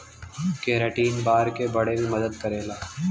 keratin बार के बढ़े में मदद करेला